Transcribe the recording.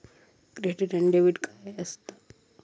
Credit आणि debit काय असता?